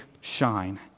shine